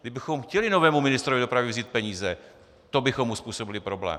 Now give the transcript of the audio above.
Kdybychom chtěli novému ministrovi dopravy vzít peníze, to bychom mu způsobili problém.